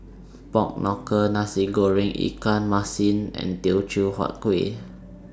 Pork Knuckle Nasi Goreng Ikan Masin and Teochew Huat Kueh